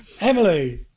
Emily